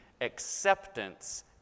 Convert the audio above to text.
acceptance